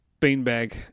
beanbag